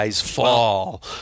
fall